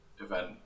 event